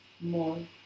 more